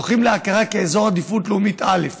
זוכים להכרה כאזור עדיפות לאומית א'.